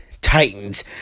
Titans